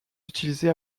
utilisée